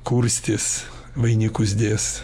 kurstys vainikus dės